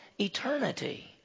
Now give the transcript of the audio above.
eternity